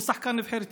הוא שחקן נבחרת ישראל.